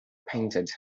painted